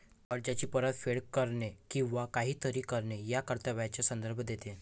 कर्जाची परतफेड करणे किंवा काहीतरी करणे या कर्तव्याचा संदर्भ देते